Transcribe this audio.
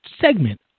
segment